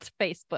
facebook